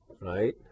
right